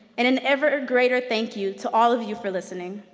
and an ever greater thank you to all of you for listening,